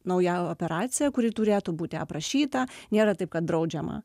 nauja operacija kuri turėtų būti aprašyta nėra taip kad draudžiama